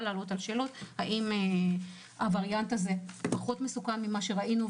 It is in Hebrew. לענות על שאלות האם הווריאנט הזה מסוכן פחות ממה שראינו,